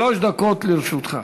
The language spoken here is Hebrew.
שלוש דקות לרשותך.